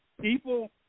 people